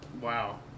Wow